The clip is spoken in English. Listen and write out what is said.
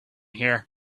here